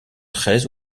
très